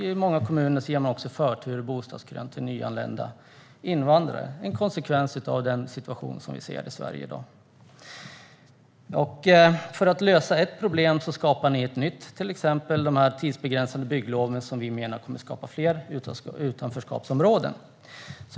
I många kommuner ger man också förtur i bostadskön till nyanlända invandrare. Det är en konsekvens av den situation som vi ser i Sverige i dag. För att lösa ett problem skapar ni ett nytt, till exempel de tidsbegränsade byggloven som kommer att skapa fler utanförskapsområden.